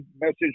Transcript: message